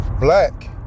black